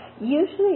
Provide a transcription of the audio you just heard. Usually